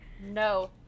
No